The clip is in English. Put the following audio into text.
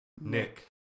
Nick